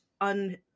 un